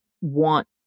want